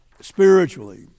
spiritually